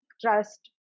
trust